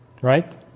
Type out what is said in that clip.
right